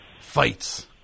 fights